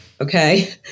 okay